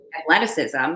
athleticism